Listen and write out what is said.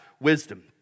wisdom